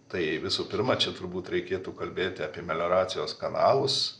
tai visų pirma čia turbūt reikėtų kalbėti apie melioracijos kanalus